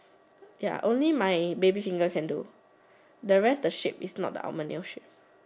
ya only my baby finger can do the rest the shape is not the almond nail shape